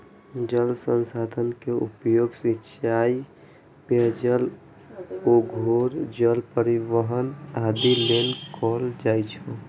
जल संसाधन के उपयोग सिंचाइ, पेयजल, उद्योग, जल परिवहन आदि लेल कैल जाइ छै